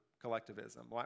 collectivism